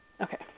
Okay